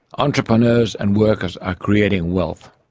entrepreneurs and workers are creating wealth,